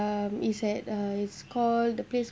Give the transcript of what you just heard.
um it's at uh it's called the place